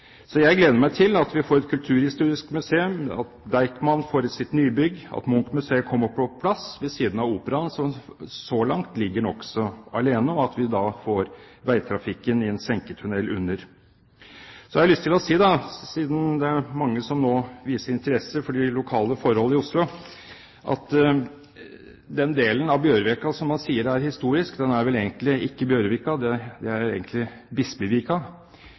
Så jeg gleder meg til at vi får Kulturhistorisk museum, at Deichman får sitt nybygg, at Munch-museet kommer på plass ved siden av Operaen – som så langt ligger nokså alene – og at vi får veitrafikken i en senketunnel under. Så har har jeg lyst til å si, siden det er mange som nå viser interesse for de lokale forhold i Oslo, at den delen av Bjørvika som man sier er historisk, er vel egentlig ikke Bjørvika, men Bispevika. Man er